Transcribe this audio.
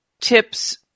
tips